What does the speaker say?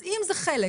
אם זה חלק